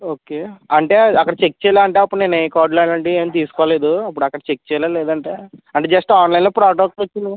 okay అంటే అక్కడ check చేయాలా అంటే నేను అక్కడ ఏ కార్డులు అలాంటివేం తీసుకోలేదు అప్పుడు అక్కడ చెక్ చేయాలా లేదంటే అంటే జస్ట్ ఆన్లైన్లో ప్రోడక్ట్ వచ్చింది